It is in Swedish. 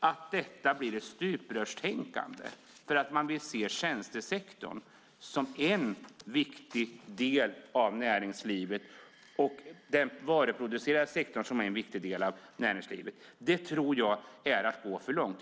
att det blir ett stuprörstänkande för att man vill se tjänstesektorn som en viktig del av näringslivet och den varuproducerande sektorn som en viktig del av näringslivet tror jag är att gå för långt.